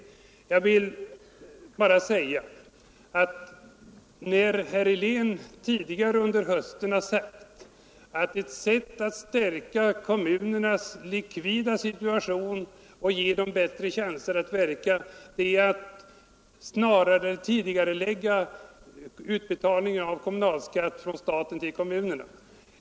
Herr Helén har tidigare under hösten sagt att ett sätt att stärka kommunernas likvida situation och ge dem bättre chanser att verka är att tidigarelägga utbetalning av kommunalskatt från staten till kommunerna.